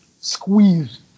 squeeze